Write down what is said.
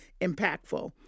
impactful